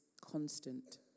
constant